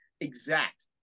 exact